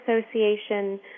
Association